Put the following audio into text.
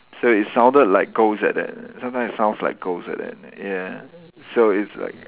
so it sounded like ghost like that sometimes it sounds like ghost like that ya so it's like